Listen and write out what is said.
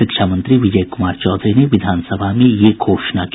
शिक्षा मंत्री विजय कुमार चौधरी ने विधानसभा में ये घोषणा की